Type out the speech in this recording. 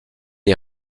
est